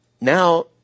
Now